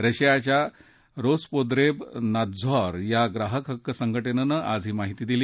रशियाच्या Rospotrebnadzor या ग्राहक हक्क संघटनेनं आज ही माहिती दिली